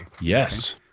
Yes